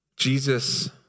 Jesus